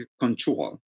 control